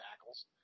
tackles